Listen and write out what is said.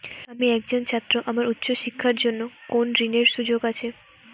আমি একজন ছাত্র আমার উচ্চ শিক্ষার জন্য কোন ঋণের সুযোগ আছে?